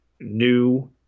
new